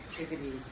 activity